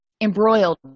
embroiled